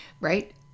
right